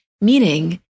Meaning